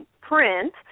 print